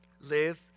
Live